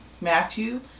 Matthew